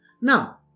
Now